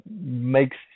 makes